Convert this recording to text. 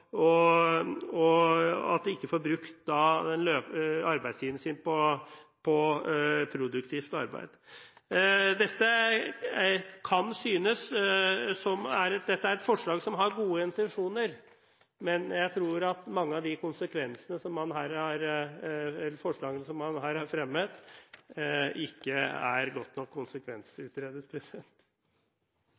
produktivt arbeid, bety? Det kan synes som dette er et forslag som har gode intensjoner, men jeg tror at mange av de forslagene som man her har fremmet, ikke er godt nok konsekvensutredet.